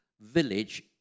village